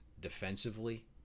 defensively